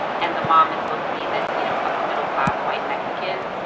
and the mom is supposed to be this, you know, upper-middle-class white mexican.